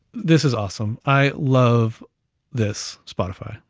this is awesome. i love this spotify.